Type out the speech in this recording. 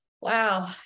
wow